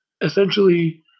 essentially